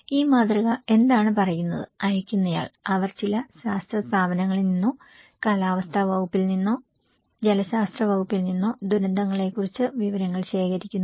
ഈ മാതൃക എന്താണ് പറയുന്നത് അയക്കുന്നയാൾ അവർ ചില ശാസ്ത്ര സ്ഥാപനങ്ങളിൽ നിന്നോ കാലാവസ്ഥാ വകുപ്പിൽ നിന്നോ ജലശാസ്ത്ര വകുപ്പിൽ നിന്നോ ദുരന്തങ്ങളെക്കുറിച്ച് വിവരങ്ങൾ ശേഖരിക്കുന്നു